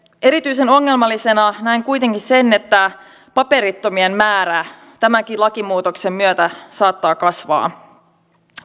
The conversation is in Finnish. erityisen ongelmallisena näen kuitenkin sen että paperittomien määrä tämänkin lakimuutoksen myötä saattaa kasvaa